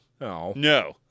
No